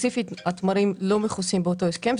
ספציפית התמרים לא מכוסים באותו הסכם,